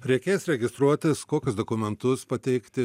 reikės registruotis kokius dokumentus pateikti